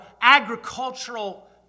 agricultural